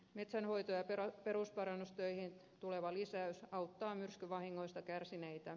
metsänhoito ja perusparannustöihin tuleva lisäys auttaa myrskyvahingoista kärsineitä